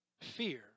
fear